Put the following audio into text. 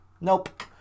Nope